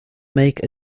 make